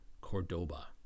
Cordoba